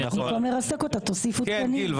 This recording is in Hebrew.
במקום לרסק אותה, תוסיפו תקנים.